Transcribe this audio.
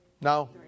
No